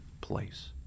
place